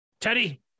Teddy